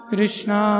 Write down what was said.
Krishna